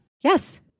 Yes